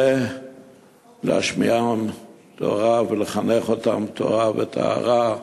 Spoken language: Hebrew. ולהשמיען תורה ולחנך אותן לתורה וטהרה,